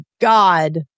God